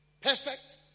perfect